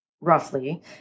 roughly